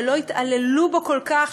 שלא יתעללו בו כל כך,